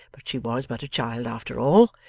but she was but a child after all,